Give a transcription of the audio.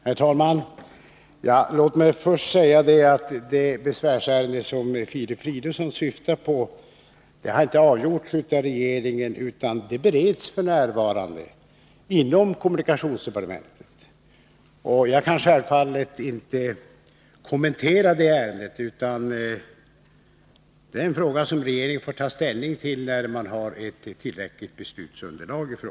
Herr talman! Låt mig först säga att det besvärsärende som Filip Fridolfsson syftar på inte har avgjorts av regeringen utan f. n. bereds inom kommunikationsdepartementet. Jag kan självfallet inte kommentera det ärendet, utan det är en fråga som regeringen får ta ställning till när man har tillräckligt beslutsunderlag.